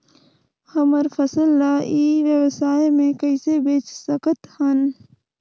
हमर फसल ल ई व्यवसाय मे कइसे बेच सकत हन?